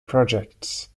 projects